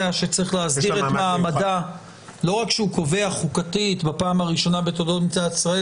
לא רק שהוא קובע חוקתית בפעם הראשונה בתולדות מדינת ישראל